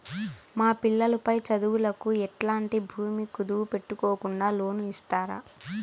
మా పిల్లలు పై చదువులకు ఎట్లాంటి భూమి కుదువు పెట్టుకోకుండా లోను ఇస్తారా